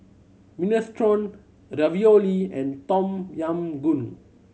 Minestrone Ravioli and Tom Yam Goong